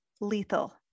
lethal